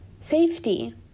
Safety